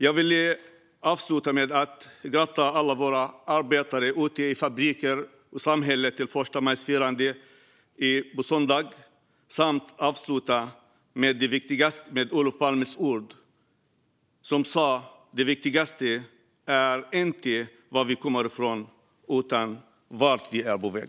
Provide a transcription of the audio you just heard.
Jag vill avsluta med att gratulera alla arbetare ute i våra fabriker och i samhället till förstamajfirandet på söndag. Jag vill också avsluta med Olof Palmes ord: Det viktigaste är inte var vi kommer ifrån utan vart vi är på väg.